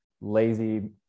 lazy